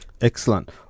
Excellent